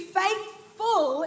faithful